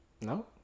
No